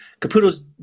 Caputo's